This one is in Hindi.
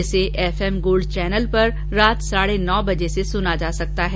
इसे एफ एम गोल्ड चैनल पर रात साढे नौ बजे से सना जा सकता है